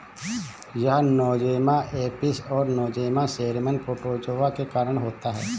यह nosema apis और nosema ceranae protozoa के कारण होता है